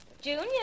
Junior